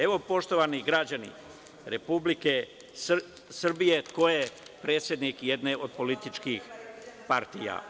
Evo, poštovani građani Republike Srbije, ko je predsednik jedne od političkih partija.